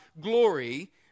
glory